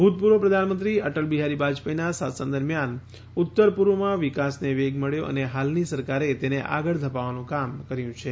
ભૂતપૂર્વ પ્રધાનમંત્રી અટલ બિહારી વાજપેયીના શાસન દરમિયાન ઉત્તર પૂર્વમાં વિકાસને વેગ મબ્યો અને હાલની સરકારે તેને આગળ ધપાવવાનું કામ કર્યું છે